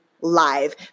live